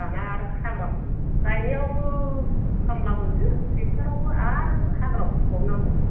दाना आरो हाग्रा गायनायावबो खामला होदो ट्रेक्ट'रआवबो आरो हाग्रा फुबावनांगौ